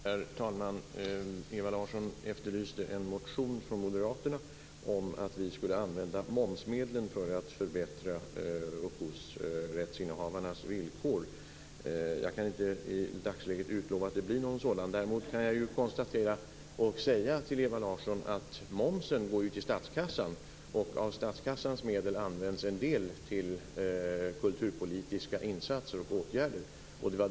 Herr talman! Ewa Larsson efterlyste en motion från Moderaterna om att vi skulle använda momsmedlen för att förbättra upphovsrättsinnehavarnas villkor. Jag kan inte i dagsläget utlova att det blir någon sådan. Däremot kan jag säga till Ewa Larsson att momsen går till statskassan, och av statskassans medel används en del till kulturpolitiska insatser och åtgärder.